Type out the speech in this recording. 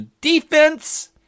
defense